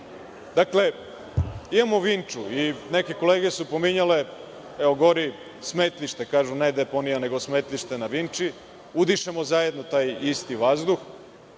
imamo Vinču i neke kolege su pominjali - evo gori smetlište, kažu ne deponije, nego smetlište na Vični. Udišemo zajedno taj isti vazduh,